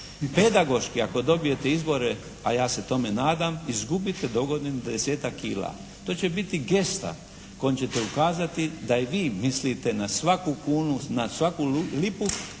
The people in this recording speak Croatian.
Pedagoški ako dobijete izbore a ja se tome nadam izgubite do godine pedesetak kila. To će biti gesta kojom ćete ukazati da i vi mislite na svaku kunu, na svaku lipu